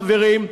חברים,